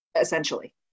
essentially